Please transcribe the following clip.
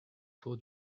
for